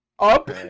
Up